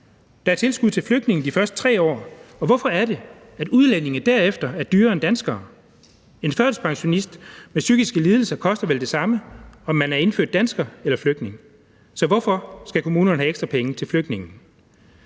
Der er tilskud til flygtninge de første 3 år, og hvorfor er det, at udlændinge derefter er dyrere end danskere? En førtidspensionist med psykiske lidelser koster vel det samme, om man er indfødt dansker eller flygtning. Så hvorfor skal kommunerne have ekstra penge til flygtninge?